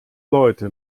leute